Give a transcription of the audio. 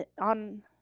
on